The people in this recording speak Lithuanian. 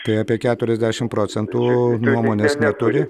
tai apie keturiasdešimt procentų nuomonės neturi